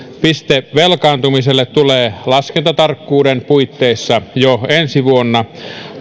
piste velkaantumiselle tulee laskentatarkkuuden puitteissa jo ensi vuonna